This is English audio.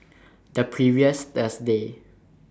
The previous Thursday